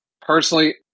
Personally